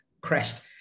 crashed